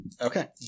Okay